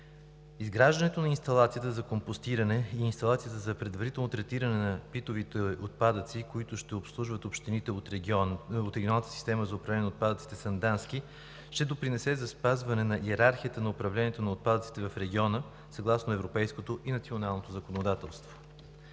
Изграждането на инсталацията за компостиране и на инсталацията за предварително третиране на битовите отпадъци, които ще обслужват общините от Регионалната система за отпадъците – Сандански, ще допринесе за спазване на йерархията на управлението на отпадъците в региона съгласно европейското и националното законодателство.